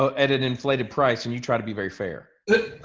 ah at an inflated price, and you try to be very fair.